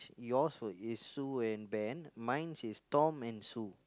yours is Sue and Ben mine is Tom and Sue